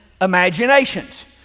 imaginations